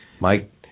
Mike